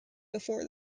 before